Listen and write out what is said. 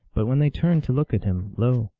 but when they turned to look at him, lo!